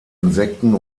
insekten